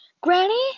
Granny